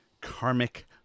karmic